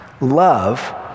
love